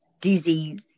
dizzy